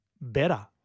better